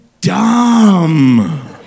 dumb